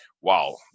Wow